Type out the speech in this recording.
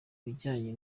bijyanye